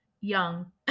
young